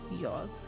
y'all